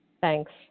Thanks